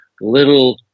little